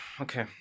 okay